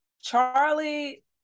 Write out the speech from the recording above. Charlie